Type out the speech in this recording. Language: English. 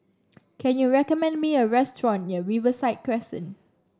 can you recommend me a restaurant near Riverside Crescent